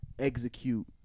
execute